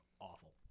awful